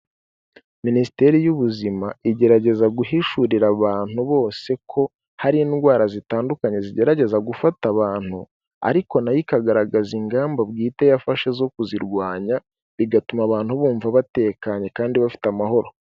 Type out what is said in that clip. Minisiteri y'ubuzima igerageza guhishurira abantu bose ko hari indwara zitandukanye zigerageza gufata abantu ariko nayo ikagaragaza ingamba bwite yafashe zo kuzirwanya, bigatuma abantu bumva batekanye kandi bafite amahoro.